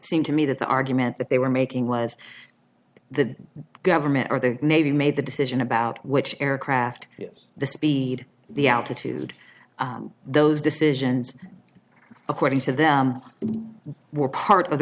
seemed to me that the argument that they were making was the government or the navy made the decision about which aircraft was the speed the altitude those decisions according to them were part of the